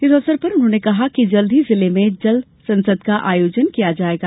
इस अवसर पर उन्होंने कहा कि जल्द ही जिले में जलसंसद का आयोजन किया जायेगा